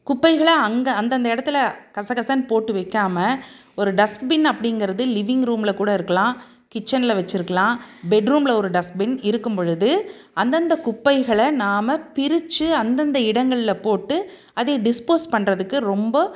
குப்பைகளை அங்கே அந்தந்த இடத்துல கசகசன்னு போட்டு வைக்காம ஒரு டஸ்ட்பின் அப்படிங்கிறது லிவ்விங் ரூமில் கூட இருக்கலாம் கிச்சனில் வச்சிருக்கலாம் பெட்ரூமில் ஒரு டஸ்ட்பின் இருக்கும் பொழுது அந்தந்த குப்பைகளை நாம் பிரித்து அந்தந்த இடங்களில் போட்டு அதை டிஸ்போஸ் பண்ணுறதுக்கு ரொம்ப